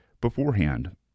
beforehand